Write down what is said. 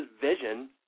vision